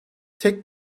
tek